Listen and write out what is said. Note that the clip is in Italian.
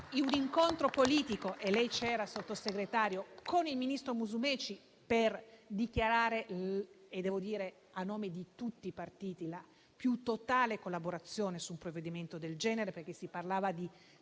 un incontro politico - e lei c'era, Sottosegretario - con il ministro Musumeci per dichiarare - devo dire a nome di tutti i partiti - la più totale collaborazione su un provvedimento del genere. Si parla